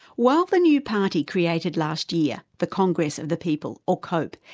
while the new party created last year, the congress of the people, or cope,